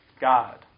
God